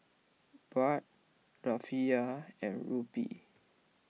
Baht Rufiyaa and Rupee